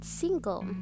single